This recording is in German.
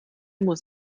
muss